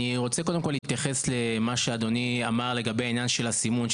אני רוצה להתייחס למה שאדוני אמר לגבי העניין של הסימון,